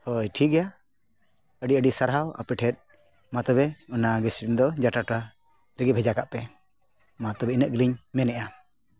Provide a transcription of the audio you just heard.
ᱦᱳᱭ ᱴᱷᱤᱠ ᱜᱮᱭᱟ ᱟᱹᱰᱤ ᱟᱹᱰᱤ ᱥᱟᱨᱦᱟᱣ ᱟᱯᱮ ᱴᱷᱮᱱ ᱢᱟ ᱛᱚᱵᱮ ᱚᱱᱟ ᱜᱮᱥ ᱥᱤᱞᱤᱱᱰᱟᱨ ᱫᱚ ᱡᱟᱴᱟ ᱴᱚᱞᱟ ᱨᱮᱜᱮ ᱵᱷᱮᱡᱟ ᱠᱟᱜ ᱯᱮ ᱢᱟ ᱛᱚᱵᱮ ᱤᱱᱟᱹᱜ ᱜᱮᱞᱤᱧ ᱢᱮᱱᱮᱜᱼᱟ